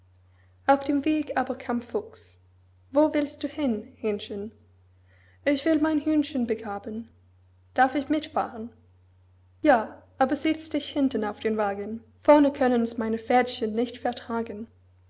auf dem weg aber kam fuchs wo willst du hin hähnchen ich will mein hühnchen begraben darf ich mitfahren ja aber setz dich hinten auf den wagen vorne könnens meine pferdchen nicht vertragen